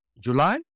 July